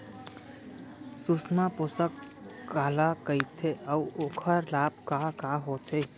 सुषमा पोसक काला कइथे अऊ ओखर लाभ का का होथे?